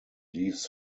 leaves